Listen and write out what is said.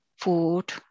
food